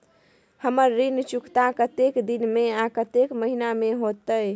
हमर ऋण चुकता कतेक दिन में आ कतेक महीना में होतै?